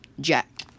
Jack